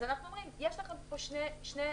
אז אנחנו אומרים, יש לכם פה שני אפיקים,